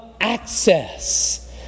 access